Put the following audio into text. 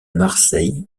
marseille